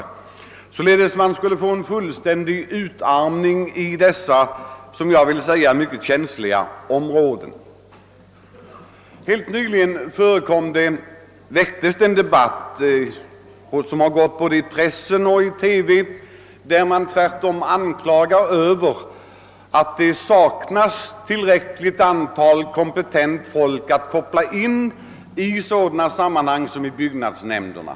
Vi skulle med andra ord få en fullständig utarmning på detta mycket känsliga område. Helt nyligen startades det en debatt — den har gått både i pressen och i TV — där det framhölls att vi saknar tillräckligt antal kompetenta personer som kan kopplas in i exempelvis byggnadsnämnderna.